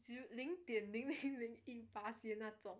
zer~ 零点零零零一巴先那种